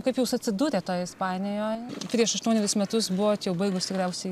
kaip jūs atsidūrėt toj ispanijoj prieš aštuonerius metus buvot čia jau baigus tikriausiai